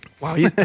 Wow